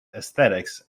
aesthetics